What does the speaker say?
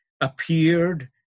appeared